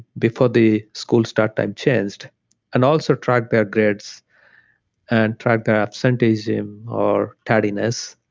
before the school start time changed and also tried their grades and tried their absenteeism or tardiness.